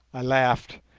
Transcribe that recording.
i laughed,